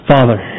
Father